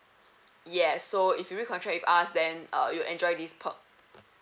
yes so if you recontract with us then uh you'll enjoy this perk